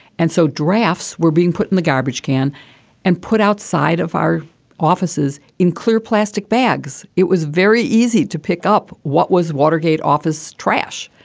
and so drafts were being put in the garbage can and put outside of our offices in clear plastic bags. it was very easy to pick up what was watergate office trash.